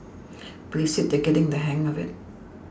but he said that they are getting the hang of it